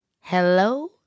hello